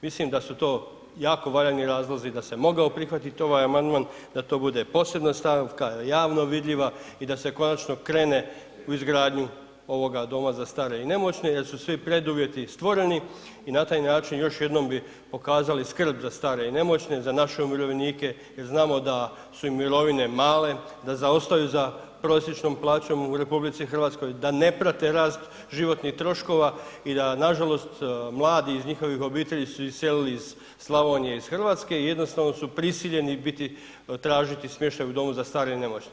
Mislim da su to jako valjani razlozi, da se mogao prihvatiti ovaj amandman, da to bude posebna stavka, javno vidljiva i da se konačno krene u izgradnju ovoga doma za stare i nemoćne jer su svi preduvjeti stvoreni i na taj način još jednom bi pokazali skrbi za stare i nemoćne, za naše umirovljenike jer znamo da su im mirovine male, da zaostaju za prosječnom plaćom u RH, da ne prate rast životnih troškova i da nažalost mladi iz njihovih obitelji su iselili iz Slavonije, iz Hrvatske i jednostavno su prisiljeni biti, tražiti smještaj u domu za stare i nemoćne.